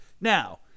Now